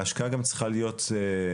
ההשקעה גם צריכה להיות בהון,